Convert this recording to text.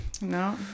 No